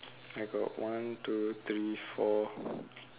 I got one two three four